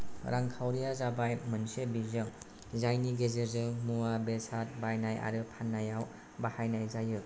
रांखावरिया जाबाय मोनसे बिजों जायनि गेजेरजों मुवा बेसाद बायनाय आरो फान्नायाव बाहायनाय जायो